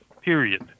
Period